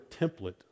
template